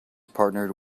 partnered